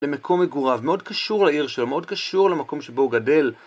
למקום מגוריו, מאוד קשור לעיר שלו, מאוד קשור למקום שבו הוא גדל.